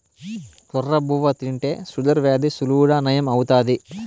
కొర్ర బువ్వ తింటే షుగర్ వ్యాధి సులువుగా నయం అవుతాది